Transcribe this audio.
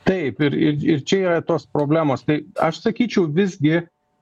taip ir ir čia yra tos problemos tai aš sakyčiau visgi